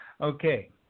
Okay